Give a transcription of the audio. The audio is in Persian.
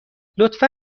لطفا